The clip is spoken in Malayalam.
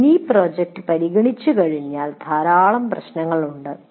ഒരു മിനി പ്രോജക്റ്റ് പരിഗണിച്ചുകഴിഞ്ഞാൽ ധാരാളം പ്രശ്നങ്ങളുണ്ട്